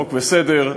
חוק וסדר,